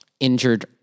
Injured